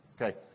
Okay